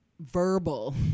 verbal